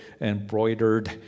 embroidered